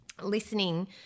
listening